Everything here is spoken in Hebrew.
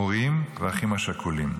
ההורים והאחים השכולים.